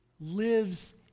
lives